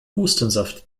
hustensaft